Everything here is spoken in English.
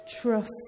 trust